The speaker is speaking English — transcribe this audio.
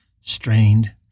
strained